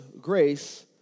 grace